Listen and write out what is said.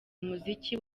umuziki